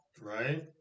right